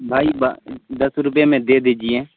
بھائی دس روپے میں دے دیجیے